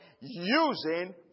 Using